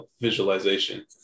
visualization